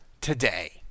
today